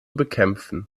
bekämpfen